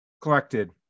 Collected